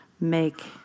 make